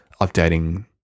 updating